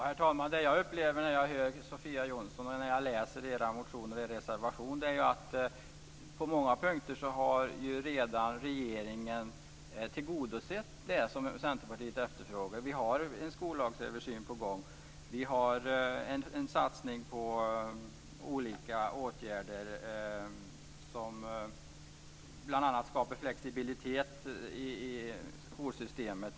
Herr talman! När jag hör Sofia Jonsson och när jag läser era motioner och er reservation upplever jag att regeringen på många punkter redan har tillgodosett det som Centerpartiet efterfrågar. Vi har en översyn av skollagen på gång. Vi har en satsning på olika åtgärder som bl.a. skapar flexibilitet i skolsystemet.